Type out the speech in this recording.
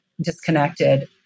disconnected